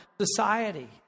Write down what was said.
society